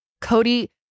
Cody